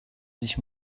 sich